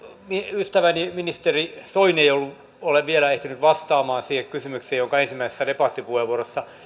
ystäväni ministeri soini ei ole vielä ehtinyt vastaamaan siihen kysymykseen jonka ensimmäisessä debattipuheenvuorossani